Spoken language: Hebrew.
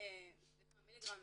מ"ג ליריקה,